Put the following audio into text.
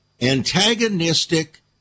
antagonistic